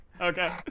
Okay